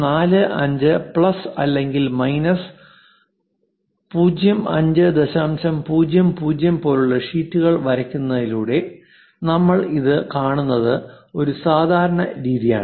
45 plus അല്ലെങ്കിൽ minus 05 00 പോലുള്ള ഷീറ്റുകൾ വരയ്ക്കുന്നതിലൂടെ നമ്മൾ ഇത് കാണുന്നത് ഒരു സാധാരണ രീതിയാണ്